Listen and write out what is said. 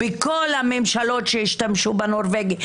בממשלות שהשתמשו בנורבגי,